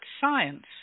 science